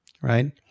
right